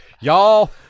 y'all